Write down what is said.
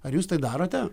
ar jūs tai darote